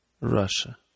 Russia